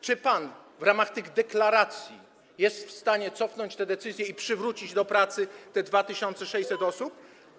Czy pan w ramach tych deklaracji jest w stanie cofnąć te decyzje i przywrócić do pracy te 2600 osób?